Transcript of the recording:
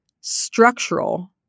structural